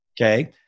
Okay